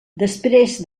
després